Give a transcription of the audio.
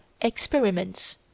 experiments